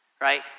right